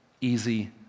easy